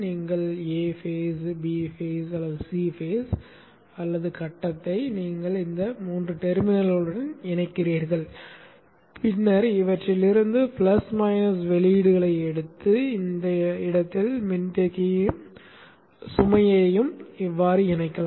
நீங்கள் A கட்டம் B கட்டம் C கட்டத்தை இந்த 3 டெர்மினல்களுடன் இணைக்கிறீர்கள் பின்னர் இவற்றில் இருந்து பிளஸ் மற்றும் மைனஸ் வெளியீடுகளை எடுத்து இந்த இடத்தில் மின்தேக்கியையும் சுமையையும் இணைக்கலாம்